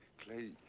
clay,